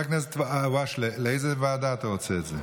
חבר הכנסת אלהואשלה, באיזו ועדה את רוצה את זה?